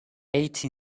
ate